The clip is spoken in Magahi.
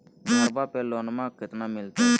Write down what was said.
घरबा पे लोनमा कतना मिलते?